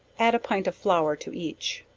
add a pint flour to each.